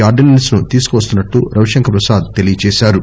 ఆర్డనెన్స్ను తీసుకువస్తున్నట్లు రవి శంకర్ ప్రసాద్ చెప్పారు